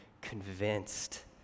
convinced